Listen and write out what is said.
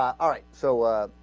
um alright so ah.